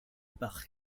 par